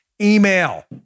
email